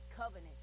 covenant